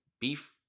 beef